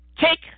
take